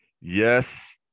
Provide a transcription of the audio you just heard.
Yes